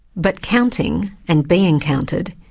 but counting, and being counted,